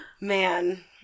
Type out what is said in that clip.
man